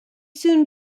soon